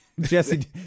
Jesse